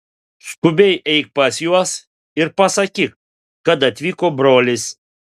skubiai eik pas juos ir pasakyk kad atvyko brolis